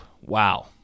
Wow